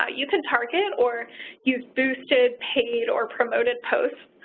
ah you can target or use boosted, paid, or promoted posts.